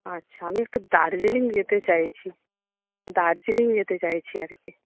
আচ্ছা আমি একটু দার্জিলিং যেতে চাইছি দার্জিলিং যেতে চাইছি আর কি